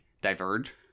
diverge